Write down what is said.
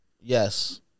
Yes